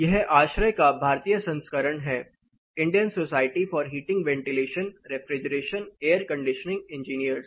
यह आश्रय का भारतीय संस्करण है Indian society for heating ventilation refrigeration air conditioning engineers